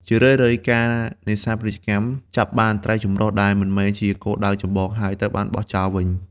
ជារឿយៗ ការនេសាទពាណិជ្ជកម្មចាប់បាន ត្រីចម្រុះ ដែលមិនមែនជាគោលដៅចម្បង ហើយត្រូវបោះចោលវិញ។